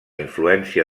influència